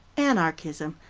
anarchism,